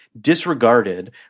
disregarded